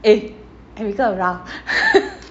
eh erica around